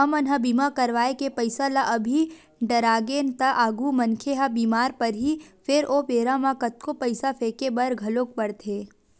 हमन ह बीमा करवाय के पईसा ल अभी डरागेन त आगु मनखे ह बीमार परही फेर ओ बेरा म कतको पईसा फेके बर घलोक परथे